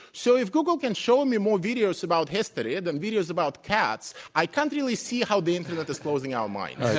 so if google can show me more videos about history and than videos about cats, i can't really see how the internet is closing our minds. yeah